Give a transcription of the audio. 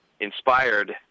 inspired